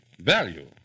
Value